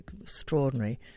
extraordinary